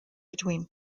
between